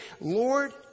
Lord